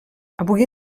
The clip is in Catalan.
avui